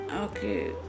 okay